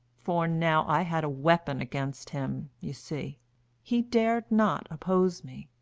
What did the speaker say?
for now i had a weapon against him, you see he dared not oppose me.